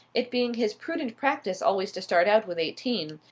it being his prudent practice always to start out with eighteen.